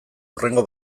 hurrengo